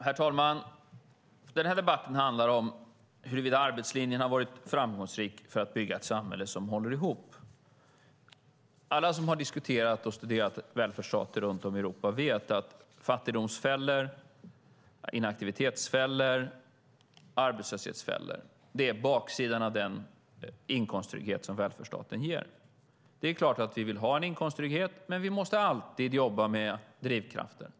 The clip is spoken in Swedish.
Herr talman! Denna debatt handlar om huruvida arbetslinjen har varit framgångsrik för att bygga ett samhälle som håller ihop. Alla som har diskuterat och studerat välfärdsstater runt om i Europa vet att fattigdomsfällor, inaktivitetsfällor och arbetslöshetsfällor är baksidan av den inkomsttrygghet som välfärdsstaten ger. Det är klart att vi vill ha en inkomsttrygghet. Men vi måste alltid jobba med drivkrafter.